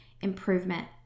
improvement